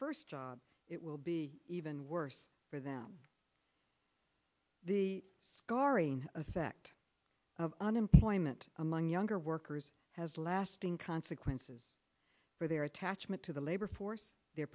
first job it will be even worse for them the scarring effect of unemployment among younger workers has lasting consequences for their attachment to the labor force their